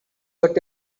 but